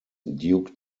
duke